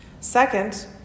Second